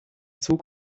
zug